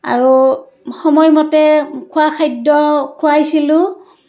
আৰু সময়মতে খোৱা খাদ্য খুৱাইছিলোঁ